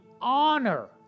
honor